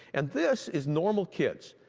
and this is normal kids.